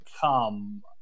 come